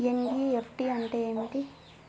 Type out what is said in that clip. NEFT అంటే ఏమిటి?